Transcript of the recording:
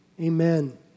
Amen